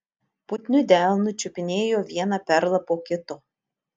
putniu delnu čiupinėjo vieną perlą po kito